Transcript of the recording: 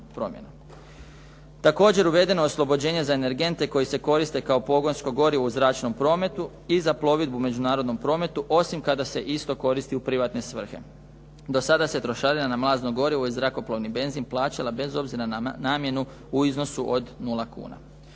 Također uvedeno je oslobođenje za energente koji se koriste kao pogonsko gorivo u zračnom prometu i za plovidbu u međunarodnom prometu, osim kada se isto koristi u privatne svrhe. Do sada se trošarina na mlazno gorivo i zrakoplovni benzin plaćala bez obzira na namjenu u iznosu od nula kuna.